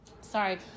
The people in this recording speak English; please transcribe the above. Sorry